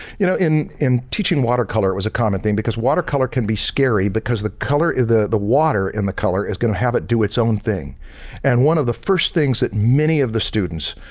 you know, in in teaching watercolor, it was a common thing because watercolor can be scary because the color the the water in the color is going to have it do its own thing and one of the first things that many of the students,